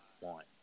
want